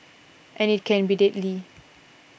and it can be deadly